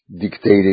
dictated